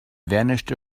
vanished